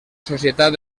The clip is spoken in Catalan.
societat